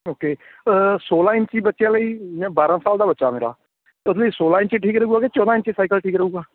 okay ਸੌਲ੍ਹਾਂ ਇੰਚੀ ਬੱਚਿਆਂ ਲਈ ਮੈਂ ਬਾਰਾਂ ਸਾਲ ਦਾ ਬੱਚਾ ਮੇਰਾ ਉਸ ਲਈ ਸੌਲ੍ਹਾਂ ਇੰਚੀ ਠੀਕ ਰਹੇਗਾ ਕਿ ਚੌਦ੍ਹਾਂ ਇੰਚੀ ਸਾਈਕਲ ਠੀਕ ਰਹੇਗਾ